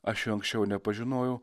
aš jau anksčiau nepažinojau